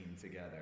together